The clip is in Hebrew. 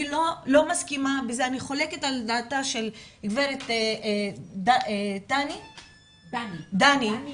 אני חולקת על דעתה של גב' דני שאומרת